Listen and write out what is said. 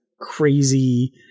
crazy